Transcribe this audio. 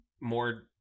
more